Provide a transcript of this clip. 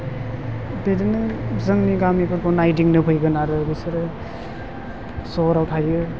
बेजोंनो जोंनि गामिफोरखौ नायदिंनो फैगोन आरो बिसोरो सहराव थायो